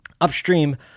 Upstream